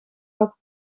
had